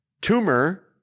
tumor